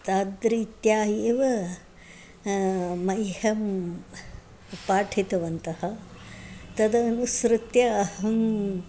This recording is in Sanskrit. तद्रीत्या एव मह्यं पाठितवन्तः तदनुसृत्य अहम्